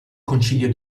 concilio